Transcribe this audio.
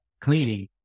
cleaning